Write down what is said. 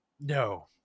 No